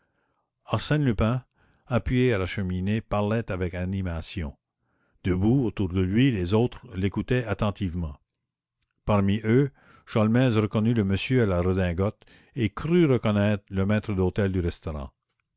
arsène lupin appuyé à la cheminée parlait avec animation debout autour de lui les autres l'écoutaient attentivement parmi eux sholmès reconnut le monsieur à la redingote et crut reconnaître le maître d'hôtel du restaurant